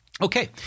Okay